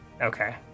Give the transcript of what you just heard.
Okay